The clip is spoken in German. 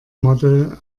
model